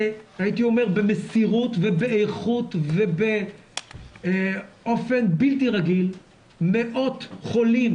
הייתי אומר במסירות ובאיכות ובאופן בלתי רגיל מאות חולים